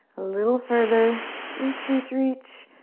a little further. reach, reach, reach.